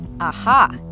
Aha